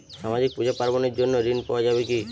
সামাজিক পূজা পার্বণ এর জন্য ঋণ পাওয়া যাবে কি?